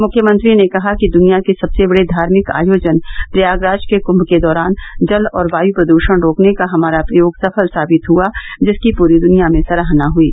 मुख्यमंत्री ने कहा कि द्निया के सबसे बड़े धार्भिक आयोजन प्रयागराज के कुम्म के दौरान जल और वायू प्रद्वीण रोकने का हमारा प्रयोग सफल साबित हुआ जिसकी पूरी दुनिया में सराहना हुयी